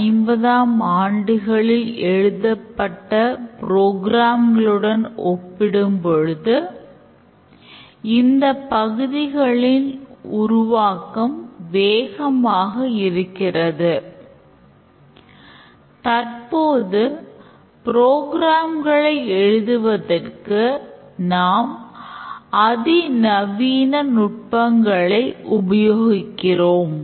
1950ம் ஆண்டுகளில் எழுதப்பட்ட புரோகிராம்களுடன் எழுதுவதற்கு நாம் அதி நவீன நுட்பங்களை உபயோகிக்கிறோம்